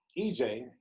EJ